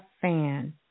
fan